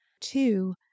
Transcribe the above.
Two